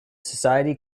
society